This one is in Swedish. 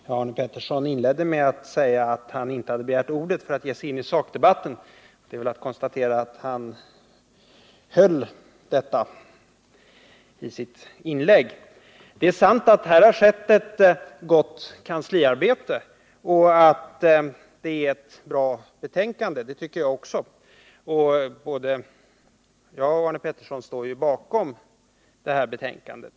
Herr talman! Arne Pettersson inledde med att säga att han inte hade begärt ordet för att ge sig in i sakdebatten. Han höll det löftet. Det är sant att här har skett ett gott kansliarbete och att det är ett bra betänkande — det tycker jag också. Både jag och Arne Pettersson står bakom det här betänkandet.